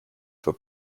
for